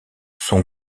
son